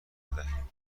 بدهیم